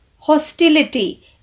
Hostility